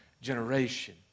generation